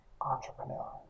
entrepreneur